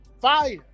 fire